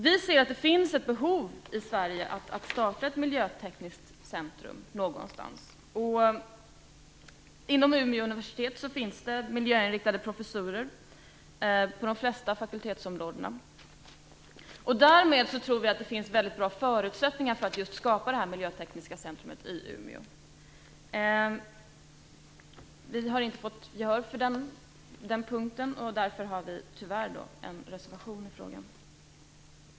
Vi ser att det finns ett behov i Sverige av att starta ett miljötekniskt centrum någonstans. Inom Umeå universitet finns miljöinriktade professurer på de flesta fakultetsområdena. Därmed tror vi att det finns väldigt bra förutsättningar för att skapa det här miljötekniska centrumet i Umeå. Vi har inte fått gehör för den punkten, och därför har vi tyvärr en reservation i frågan.